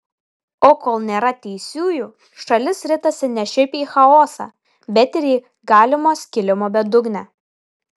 o kol nėra teisiųjų šalis ritasi ne šiaip į chaosą bet ir į galimo skilimo bedugnę